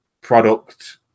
product